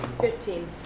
fifteen